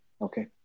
okay